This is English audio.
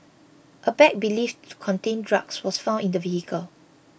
a bag believed to contain drugs was found in the vehicle